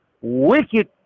wicked